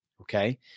Okay